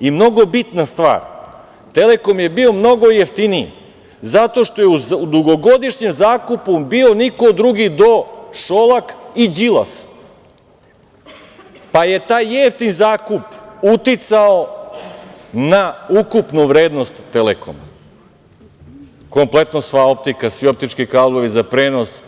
I mnogo bitna stvar, Telekom je bio mnogo jeftiniji zato što je u dugogodišnjem zakupu bio niko drugi do Šolak i Đilas, pa je taj jeftin zakup uticao na ukupnu vrednost Telekoma, kompletno sva optika, svi optički kablovi za prenos